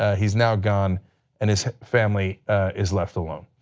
ah he is now gone and his family is left alone.